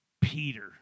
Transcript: Peter